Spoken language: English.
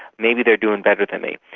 maybe they are doing better than me.